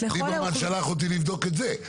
ליברמן שלח אותי לבדוק את זה.